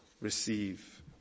receive